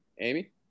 Amy